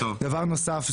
דבר נוסף.